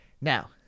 now